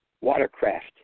watercraft